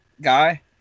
guy